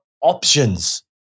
options